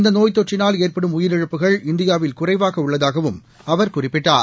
இந்த நோய் தொற்றினால் ஏற்படும் உயிரிழப்புகள் இந்தியாவில் குறைவாக உள்ளதாகவும் அவர் குறிப்பிட்டார்